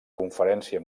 conferència